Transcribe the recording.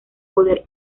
poder